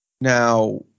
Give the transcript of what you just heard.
now